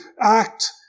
act